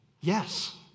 yes